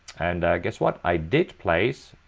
and guess what? i did place.